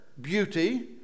beauty